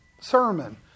sermon